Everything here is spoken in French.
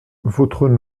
votre